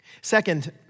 Second